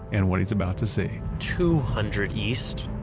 and what he's about to see two hundred east,